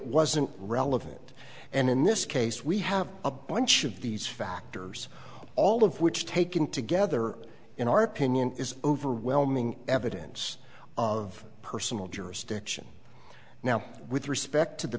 wasn't relevant and in this case we have a bunch of these factors all of which taken together in our opinion is overwhelming evidence of personal jurisdiction now with respect to the